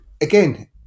Again